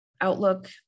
outlook